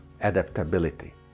adaptability